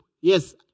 Yes